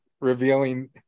revealing